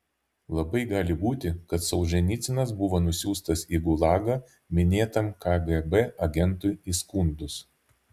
labai gali būti kad solženicynas buvo nusiųstas į gulagą minėtam kgb agentui įskundus